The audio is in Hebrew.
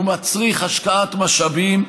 הוא מצריך השקעת משאבים.